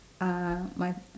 uh my